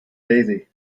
daisy